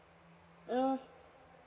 mm